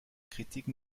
critique